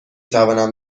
توانم